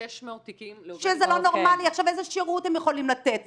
שזה לא נורמאלי, איזה שירות הם יכולים לתת?